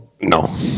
No